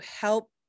help